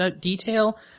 detail